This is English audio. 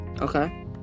Okay